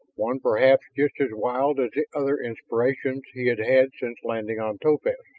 one perhaps just as wild as the other inspirations he had had since landing on topaz,